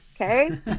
okay